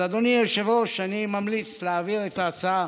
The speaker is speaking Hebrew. אדוני היושב-ראש, אני ממליץ להעביר את ההצעה